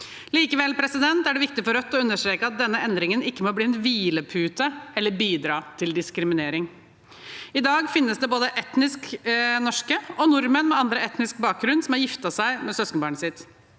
Likevel er det viktig for Rødt å understreke at denne endringen ikke må bli en hvilepute eller bidra til diskriminering. I dag finnes det både etnisk norske og nordmenn med annen etnisk bakgrunn som har giftet seg med søskenbarnet sitt.